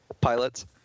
pilots